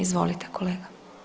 Izvolite kolega.